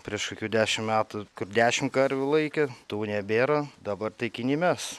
prieš kokių dešim metų kur dešim karvių laikė tų nebėra dabar taikiny mes